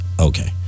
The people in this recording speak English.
Okay